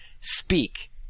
speak